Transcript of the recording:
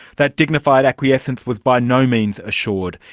that dignified acquiescence was by no means assured.